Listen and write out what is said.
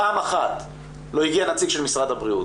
פעם אחת לא הגיע נציג של משרד הבריאות.